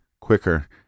quicker